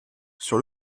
sur